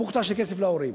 בוחטה של כסף להורים,